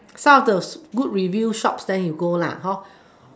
some of the good review shops then you go lah how